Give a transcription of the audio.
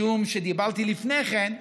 משום שדיברתי לפני כן,